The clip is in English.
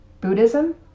Buddhism